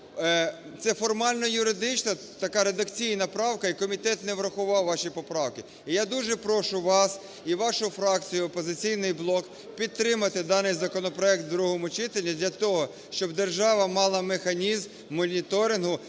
це формально юридично така редакційна правка, і комітет не врахував ваші поправки. І я дуже прошу вас, і вашу фракцію "Опозиційний блок" підтримати даний законопроект в другому читанні для того, щоб держава мала механізм моніторингу